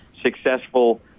successful